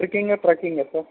ట్రిక్కింగా ట్రెక్కింగా సార్